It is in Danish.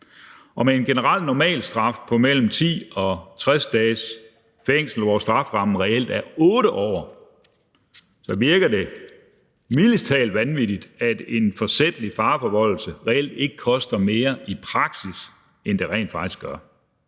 Og med en generel normalstraf på mellem 10-60 dages fængsel, hvor strafferammen reelt er 8 år, så virker det mildest talt vanvittigt, at en forsætlig fareforvoldelse reelt ikke koster mere i praksis, end den rent faktisk gør.